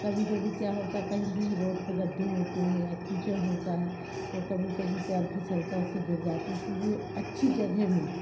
कभी कभी क्या होता कहीं कहीं रोड पर गड्ढे होते हैं कीचड़ होता है तो तो कभी कभी पैर फिसलता उससे गिर जाते हैं इस लिए अच्छी जगह में